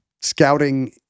scouting